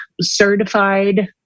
certified